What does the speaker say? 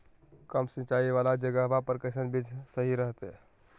कम सिंचाई वाला जगहवा पर कैसन बीज सही रहते?